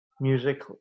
music